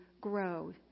grow